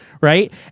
right